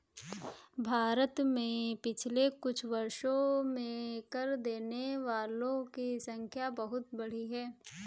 भारत में पिछले कुछ वर्षों में कर देने वालों की संख्या बहुत बढ़ी है